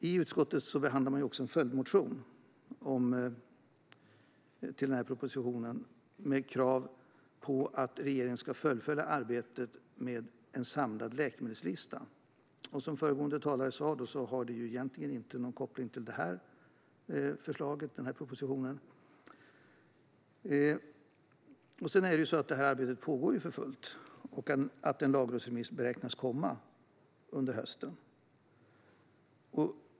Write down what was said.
I utskottet behandlar man även en följdmotion till propositionen med ett krav på att regeringen ska fullfölja arbetet med en samlad läkemedelslista. Som föregående talare sa har det egentligen inte någon koppling till det här förslaget, den här propositionen. Arbetet pågår för fullt, och en lagrådsremiss beräknas komma under hösten.